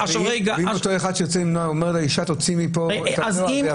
ואם אותו אחד שירצה למנוע אומר לאישה "תצאי מכאן" זה יהווה מטרד?